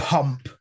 Pump